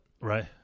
Right